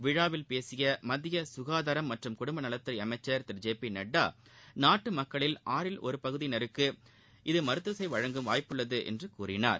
விழாவில் பேசிய மத்திய சுகாதாரம் மற்றும் குடும்பநலத்துறை அமைச்சர் திரு ஜே பி நட்டா நாட்டு மக்களில் ஆறில் ஒரு பகுதியினருக்கு இது மருத்துவசேவை வழங்கும் வாய்ப்புள்ளது என்று அவர் கூறினார்